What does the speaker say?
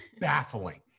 baffling